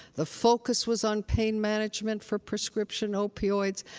the focus was on pain management for prescription opioids.